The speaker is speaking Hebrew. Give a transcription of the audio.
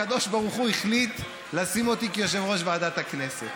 הקדוש ברוך הוא החליט לשים אותי כיושב-ראש ועדת הכנסת.